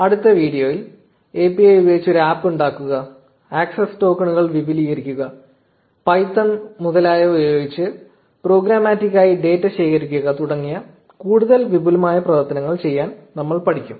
അടുത്ത വീഡിയോയിൽ API ഉപയോഗിച്ച് ഒരു ആപ്പ് ഉണ്ടാക്കുക ആക്സസ് ടോക്കണുകൾ വിപുലീകരിക്കുക പൈത്തൺ മുതലായവ ഉപയോഗിച്ച് പ്രോഗ്രമാറ്റിക്കായി ഡാറ്റ ശേഖരിക്കുക തുടങ്ങിയ കൂടുതൽ വിപുലമായ പ്രവർത്തനങ്ങൾ ചെയ്യാൻ നമ്മൾ പഠിക്കും